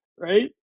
Right